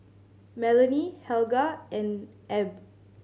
Melanie Helga and Ab